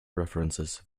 references